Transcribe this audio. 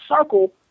circle